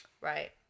Right